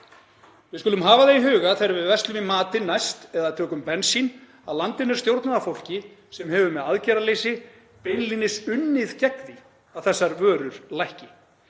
Við skulum hafa það í huga næst þegar við verslum í matinn eða tökum bensín að landinu er stjórnað af fólki sem hefur með aðgerðaleysi beinlínis unnið gegn því að þessar vörur lækki.